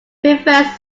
prefers